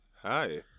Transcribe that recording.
Hi